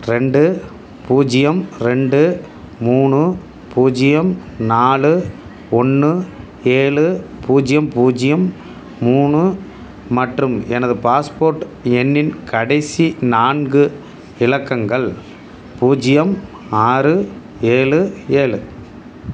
ரெண்டு பூஜ்ஜியம் ரெண்டு மூணு பூஜ்ஜியம் நாலு ஒன்று ஏழு பூஜ்ஜியம் பூஜ்ஜியம் மூணு மற்றும் எனது பாஸ்போர்ட் எண்ணின் கடைசி நான்கு இலக்கங்கள் பூஜ்ஜியம் ஆறு ஏழு ஏழு